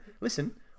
Listen